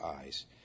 eyes